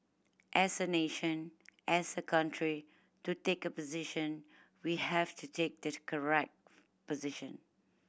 as a nation as a country to take a position we have to take the correct position